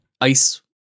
Ice